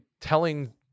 telling